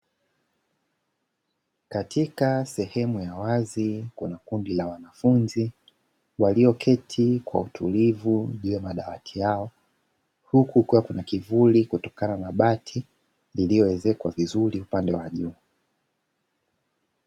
Katika sehemu ya wazi kuna kundi la wanafunzi walioketi kwa utulivu juu ya madawati yao, huku kukiwa na kivuli kinachotokana na bati iliyoezekwa vizuri upande wa juu.